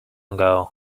ago